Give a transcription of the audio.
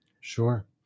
Sure